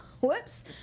whoops